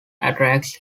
attacks